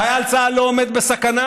חייל צה"ל לא עומד בסכנה.